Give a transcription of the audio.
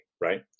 right